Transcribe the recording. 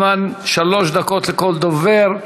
הזמן, שלוש דקות לכל דובר.